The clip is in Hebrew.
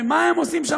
אומרים: מה הם עושים שם,